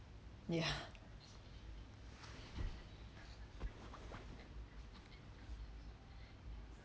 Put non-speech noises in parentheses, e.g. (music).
yeah (laughs)